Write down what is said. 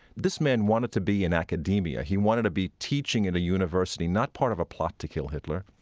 this man wanted to be an academia. he wanted to be teaching in a university, not part of a plot to kill hitler.